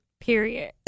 Period